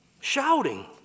shouting